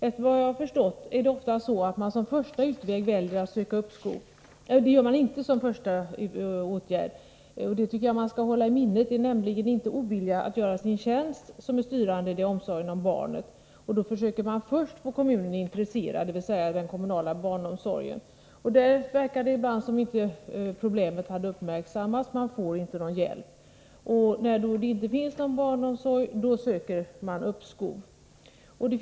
Efter vad jag har förstått är det oftast inte som första utväg man väljer att söka uppskov. Detta skall vi hålla i minnet. Det är nämligen inte ovilja att göra sin tjänst som är styrande — det är omsorgen om barnet. Först försöker man därför få kommunen, dvs. den kommunala barnomsorgen, intresserad. Kommunerna tycks ibland inte ha uppmärksammat problemet. Familjen får inte någon hjälp. När det inte finns barnomsorg att tillgå, söker den inkallade uppskov.